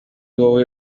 wowe